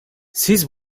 siz